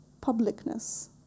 publicness